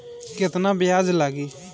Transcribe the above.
केतना ब्याज लागी?